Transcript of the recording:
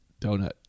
Donut